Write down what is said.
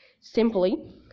simply